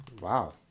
wow